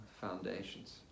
foundations